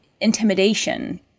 intimidation